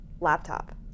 laptop